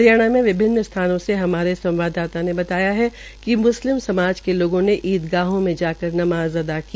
हरियाणा में विभिन्न स्थानों से हमारे संवाददाताओं ने बताया कि म्स्लिम समाज के लोगों ने ईदगाहों में जाकर नमाज़ अदा की